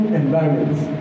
environments